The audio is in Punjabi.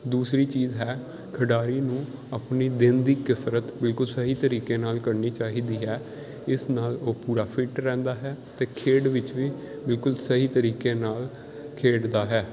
ਦੂਸਰੀ ਚੀਜ਼ ਹੈ ਖਿਡਾਰੀ ਨੂੰ ਆਪਣੀ ਦਿਨ ਦੀ ਕਸਰਤ ਬਿਲਕੁਲ ਸਹੀ ਤਰੀਕੇ ਨਾਲ ਕਰਨੀ ਚਾਹੀਦੀ ਹੈ ਇਸ ਨਾਲ ਉਹ ਪੂਰਾ ਫਿੱਟ ਰਹਿੰਦਾ ਹੈ ਅਤੇ ਖੇਡ ਵਿੱਚ ਵੀ ਬਿਲਕੁਲ ਸਹੀ ਤਰੀਕੇ ਨਾਲ ਖੇਡਦਾ ਹੈ